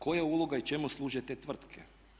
Koja je uloga i čemu služe te tvrtke?